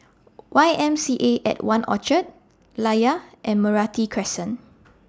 Y M C A At one Orchard Layar and Meranti Crescent